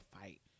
fight